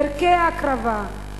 ערכי הקרבה,